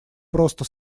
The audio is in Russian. просто